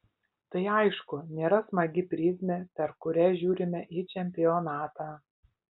tai aišku nėra smagi prizmė per kurią žiūrime į čempionatą